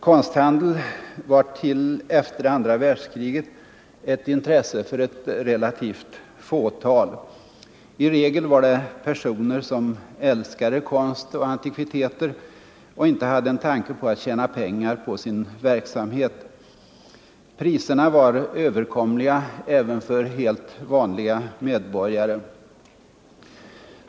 Konsthandel var till efter andra världskriget ett intresse för ett relativt fåtal — i regel personer som älskade konst och antikviteter och inte hade en tanke på att tjäna pengar på sin verksamhet. Priserna var överkomliga även för helt vanliga medborgare.